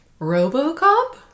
RoboCop